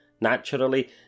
Naturally